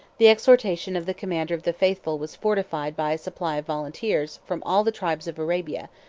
the exhortation of the commander of the faithful was fortified by a supply of volunteers from all the tribes of arabia,